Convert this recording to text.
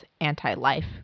anti-life